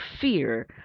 fear